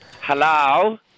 Hello